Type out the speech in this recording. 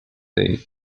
day